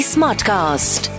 Smartcast